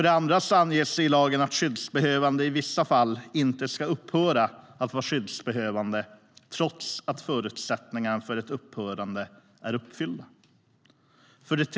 Det ska anges i lag att skyddsbehövande i vissa fall inte ska upphöra att vara skyddsbehövande trots att förutsättningarna för ett upphörande är uppfyllda.